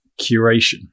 curation